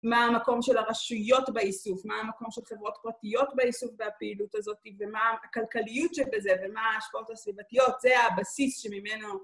מה המקום של הרשויות באיסוף, מה המקום של חברות פרטיות באיסוף והפעילות הזאת, ומה הכלכליות של זה, ומה השפעות הסביבתיות, זה הבסיס שממנו...